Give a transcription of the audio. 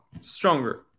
stronger